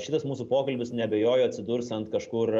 šitas mūsų pokalbis neabejoju atsidurs ant kažkur